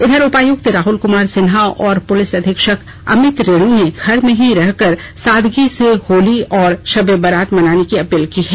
इधर उपायुक्त राहुल कुमार सिन्हा और पुलिस अधीक्षक अमित रेणु ने कोरोना काल में घर में ही रहकर सादगी से होली और शब ए बारात मनाने की अपील की है